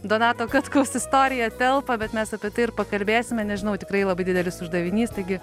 donato katkaus istorija telpa bet mes apie tai ir pakalbėsime nežinau tikrai labai didelis uždavinys taigi